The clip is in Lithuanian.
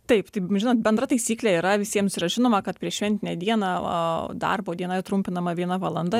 taip tai žinot bendra taisyklė yra visiems yra žinoma kad prieššventinę dieną a darbo diena trumpinama viena valanda